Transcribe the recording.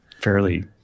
fairly